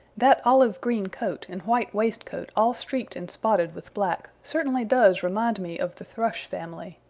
that olive-green coat, and white waistcoat all streaked and spotted with black, certainly does remind me of the thrush family.